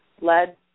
led